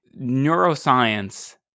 Neuroscience